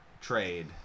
trade